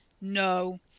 No